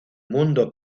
mundo